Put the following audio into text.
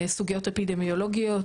סוגיות אפידמיולוגיות.